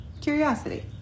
Curiosity